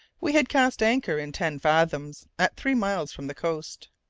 we had cast anchor in ten fathoms, at three miles from the coast.